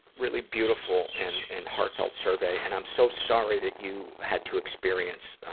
really beautiful and, and heartfelt survey. and i'm so sorry that you had to experience, um,